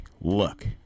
look